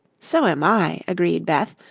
so am i, agreed beth,